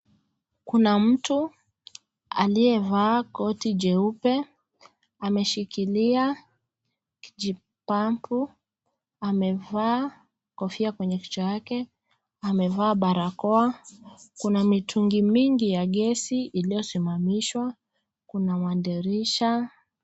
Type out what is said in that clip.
Kuna mtu aliyevaa koti jeupe, ameshikilia kijipampu. Amevaa kofia kwenye kichwa yake. Amevaa barakoa. Kuna mitungi mingi ya gesi iliyosimamishwa. Kuna madirisha.